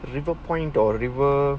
the river point or a river